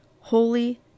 holy